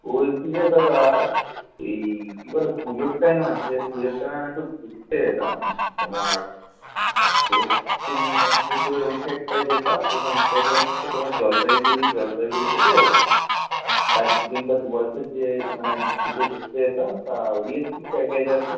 বলছি যে দাদা এই কী বলে পুজোর টাইম আসছে পুজোর টাইমে আমি একটু ঘুরতে যেতাম তোমার পশ্চিম মেদিনীপুরের ওই সাইডটায় যেতাম ওখান থেকে হচ্ছে তোমার জলপাইগুড়ি জলপাইগুড়ি থেকে ও দার্জিলিং বা ডুয়ার্সের যে মানে দিকে ঘুরতে যেতাম তা ওদিকে কী প্যাকেজ আছে